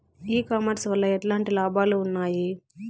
ఈ కామర్స్ వల్ల ఎట్లాంటి లాభాలు ఉన్నాయి?